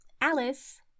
Alice